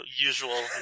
usual